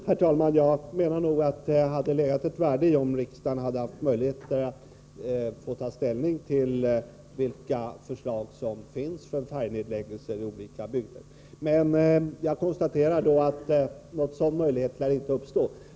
Herr talman! Jag menar nog att det hade legat ett värde i om riksdagen haft möjlighet att ta ställning till de förslag som finns om färjenedläggelser i olika bygder, men jag konstaterar att någon sådan möjlighet inte lär uppstå.